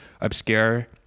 obscure